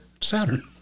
Saturn